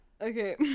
Okay